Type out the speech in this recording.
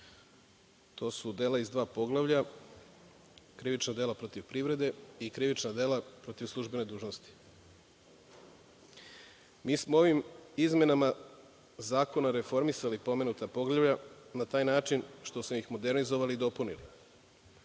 To su dela iz dva poglavlja - krivična dela protiv privrede i krivična dela protiv službene dužnosti. Mi smo ovim izmenama zakona reformisali pomenuta poglavlja na taj način što smo ih modernizovali i dopunili. Gde